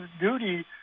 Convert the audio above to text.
duty